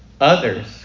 others